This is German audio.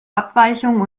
abweichungen